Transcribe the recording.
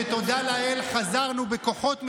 תודה לאל שחזרנו בכוחות מחודשים,